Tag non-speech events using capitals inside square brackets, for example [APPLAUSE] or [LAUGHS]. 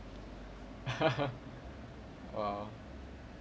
[LAUGHS] !wow!